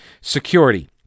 security